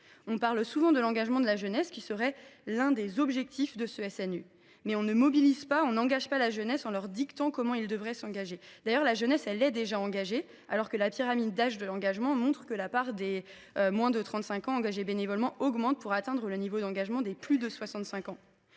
On parle souvent de l’engagement de la jeunesse, qui serait l’un des objectifs de ce SNU, mais on ne mobilise pas les jeunes en leur dictant comment ils devraient s’engager. D’ailleurs, la jeunesse est déjà engagée : la pyramide d’âge montre que la part des moins de 35 ans bénévoles augmente, pour atteindre le niveau d’engagement des plus de 65 ans.